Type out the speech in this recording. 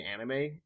anime